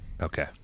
okay